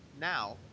Now